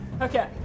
Okay